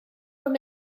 from